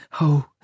Oh